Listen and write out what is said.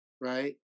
Right